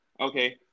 Okay